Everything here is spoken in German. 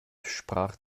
sprach